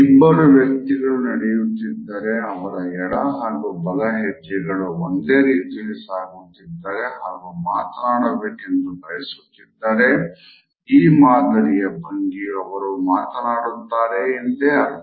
ಇಬ್ಬರು ವ್ಯಕ್ತಿಗಳು ನಡೆಯುತ್ತಿದ್ದರೆ ಅವರ ಎಡ ಹಾಗು ಬಲ ಹೆಜ್ಜೆಗಳು ಒಂದೇ ರೀತಿಯಲ್ಲಿ ಸಾಗುತ್ತಿದ್ದರೆ ಹಾಗು ಮಾತನಾಡಬೇಕೆಂದು ಬಯಸುತ್ತಿದ್ದರೇ ಈ ಮಾದರಿಯ ಭಂಗಿಯು ಅವರು ಮಾತನಾಡುತ್ತಾರೆ ಎಂದೇ ಅರ್ಥ